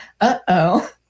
Uh-oh